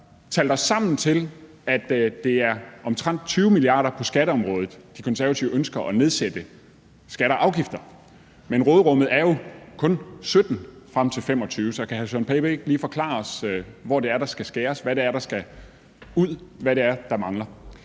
talt det sammen til, at det er omtrent 20 mia. kr. på skatteområdet, som De Konservative ønsker at nedsætte skatter og afgifter med, men råderummet er jo kun 17 mia. kr. frem til 2025. Så kan hr. Søren Pape Poulsen ikke lige forklare os, hvor det er, der skal skæres, og hvad det er, der skal ud – hvad det er, der mangler?